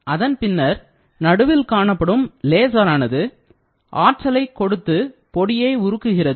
அதன் பின்னர் நடுவில் காணப்படும் லேசரானது ஆற்றலைக் கொடுத்து பொடியை உருக்குகிறது